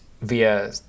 via